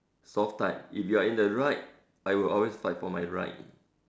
soft type if you're in the right I will always fight for my right